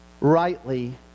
rightly